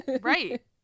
Right